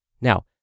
Now